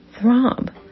throb